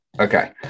Okay